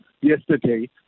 yesterday